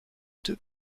deux